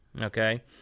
Okay